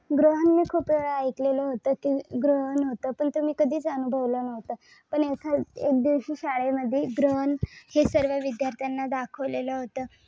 ग्रहण मी खूप वेळा ऐकलेलं होतं की ग्रहण होतं पण ते मी कधीच अनुभवलं नव्हतं पण एखाद एक दिवशी शाळेमध्ये ग्रहण हे सर्व विद्यार्थ्यांना दाखवलेलं होतं